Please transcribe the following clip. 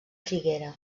figuera